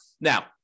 Now